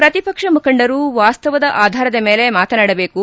ಪ್ರತಿಪಕ್ಷ ಮುಖಂಡರು ವಾಸ್ತವದ ಆಧಾರದ ಮೇಲೆ ಮಾತನಾಡದೇಕು